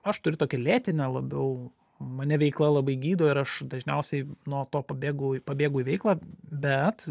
aš turiu tokią lėtinę labiau mane veikla labai gydo ir aš dažniausiai nuo to pabėgau pabėgu į veiklą bet